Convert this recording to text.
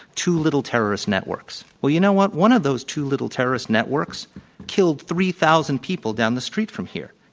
two little terrorist networks. well, you know what? one of those two little terrorist networks killed three thousand people down the street from here,